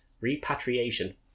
repatriation